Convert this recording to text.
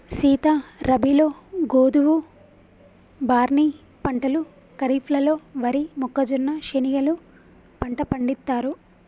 సీత రబీలో గోధువు, బార్నీ పంటలు ఖరిఫ్లలో వరి, మొక్కజొన్న, శనిగెలు పంట పండిత్తారు